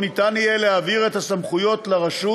ניתן יהיה להעביר את הסמכויות לרשות